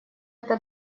это